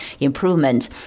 improvement